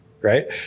right